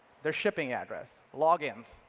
their shipping address, log-ins,